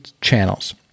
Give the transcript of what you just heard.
channels